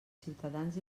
ciutadans